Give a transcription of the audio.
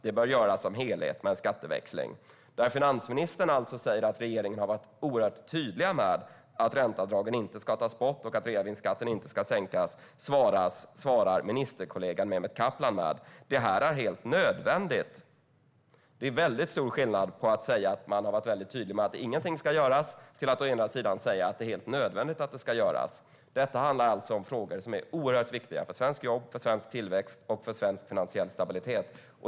Det bör göras som helhet med en skatteväxling. Alltså: När finansministern säger att regeringen har varit oerhört tydlig med att ränteavdragen inte ska tas bort och att reavinstskatten inte ska sänkas svarar ministerkollegan Mehmet Kaplan med att det är helt nödvändigt. Det är stor skillnad på att å ena sidan säga att man har varit väldigt tydlig med att inget ska göras och att å andra sidan säga att det är helt nödvändigt att det ska göras. Det handlar alltså om frågor som är oerhört viktiga för svenska jobb, svensk tillväxt och svensk finansiell stabilitet.